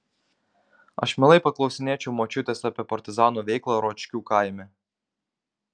aš mielai paklausinėčiau močiutės apie partizanų veiklą ročkių kaime